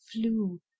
flew